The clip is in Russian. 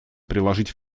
приложить